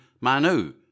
Manu